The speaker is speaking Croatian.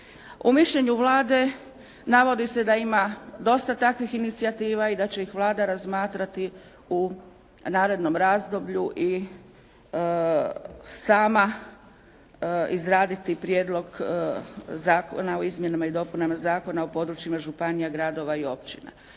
U mišljenju Vlade navodi se da ima dosta takvih inicijativa i da će ih Vlada razmatrati u narednom razdoblju i sama izraditi Prijedlog zakona o izmjenama i dopunama Zakona o područjima županija, gradova i općina.